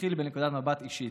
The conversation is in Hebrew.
אתחיל בנקודת מבט אישית.